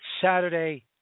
Saturday